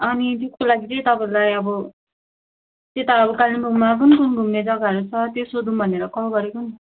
अनि त्यसको लागि चाहिँ तपाईँलाई अब त्यता अब कालिम्पोङमा कुन कुन घुम्ने जग्गाहरू छ त्यो सोधौँ भनेर कल गरेको नि